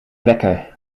wekker